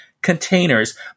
containers